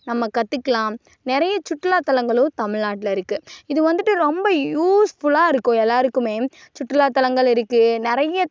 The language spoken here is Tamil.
நம்ம கற்றுக்கலாம் நிறைய சுற்றுலாத்தலங்களும் தமிழ்நாட்ல இருக்குது இது வந்துட்டு ரொம்ப யூஸ்ஃபுல்லாக இருக்கும் எல்லோருக்குமே சுற்றுலாத்தலங்கள் இருக்குது நிறைய